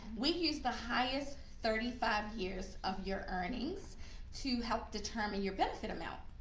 we use the highest thirty five years of your earnings to help determine your benefit amount.